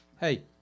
Hey